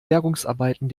bergungsarbeiten